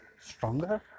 stronger